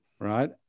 Right